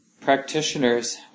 Practitioners